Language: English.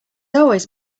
always